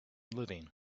living